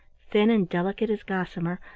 thin and delicate as gossamer,